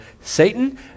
Satan